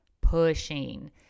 pushing